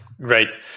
Great